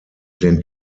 den